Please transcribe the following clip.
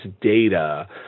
data